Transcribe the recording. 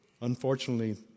Unfortunately